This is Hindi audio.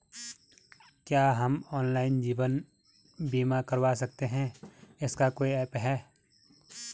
क्या हम ऑनलाइन जीवन बीमा करवा सकते हैं इसका कोई ऐप है?